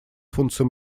функции